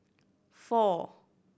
four